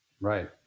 right